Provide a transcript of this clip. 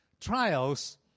Trials